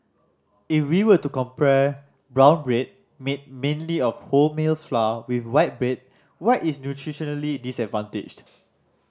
if we were to compare brown bread made mainly of wholemeal flour with white bread white is nutritionally disadvantaged